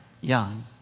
young